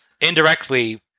indirectly